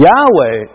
Yahweh